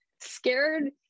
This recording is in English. scared